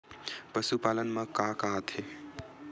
पशुपालन मा का का आथे?